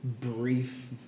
brief